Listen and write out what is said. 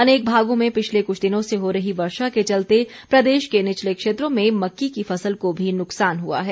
अनेक भागों में पिछले कुछ दिनों से हो रही वर्षा के चलते प्रदेश के निचले क्षेत्रों में मक्की की फसल को भी नुकसान हुआ है